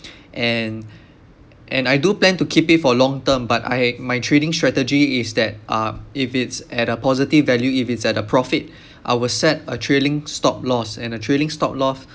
and and I do plan to keep it for long term but I my trading strategy is that uh if it's at a positive value if it's at a profit I will set a trailing stop loss and a trailing stop loss